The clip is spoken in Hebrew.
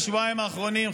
בשבועיים האחרונים,